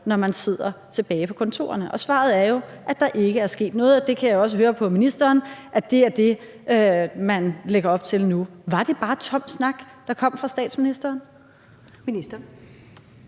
når man sidder tilbage på kontorerne. Og svaret er jo, at der ikke er sket noget. Jeg kan også høre på ministeren, at det er det, man lægger op til nu. Var det bare tom snak, der kom fra statsministeren? Kl.